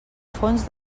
fons